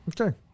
Okay